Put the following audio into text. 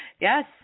Yes